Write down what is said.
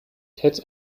cats